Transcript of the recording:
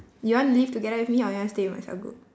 you want leave together with me or you want stay with my cell group